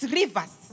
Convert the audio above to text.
rivers